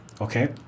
Okay